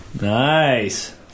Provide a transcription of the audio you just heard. Nice